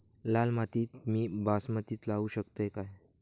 लाल मातीत मी बासमती लावू शकतय काय?